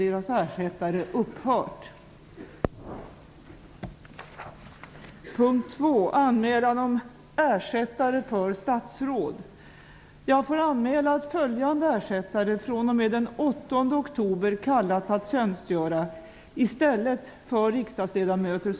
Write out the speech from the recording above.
Han menar i en tidningsintervju att det inte går att sanverka med fyrklöverpartierna och att regeringen nu kommer att göra upp med Vänsterpartiet.